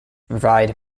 provide